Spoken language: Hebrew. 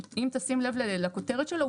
אם תשים לב לכותרת שלו,